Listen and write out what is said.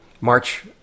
March